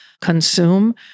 consume